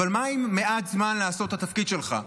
אבל מה עם מעט זמן לעשות את התפקיד שלך,